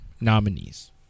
nominees